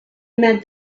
met